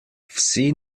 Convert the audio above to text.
vsi